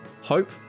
Hope